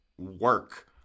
work